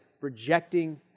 rejecting